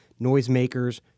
noisemakers